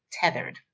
tethered